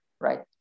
right